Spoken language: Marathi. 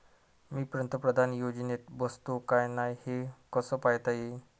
मी पंतप्रधान योजनेत बसतो का नाय, हे कस पायता येईन?